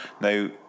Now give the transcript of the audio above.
Now